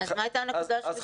הייתה הנקודה השלישית?